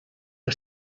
que